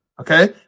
Okay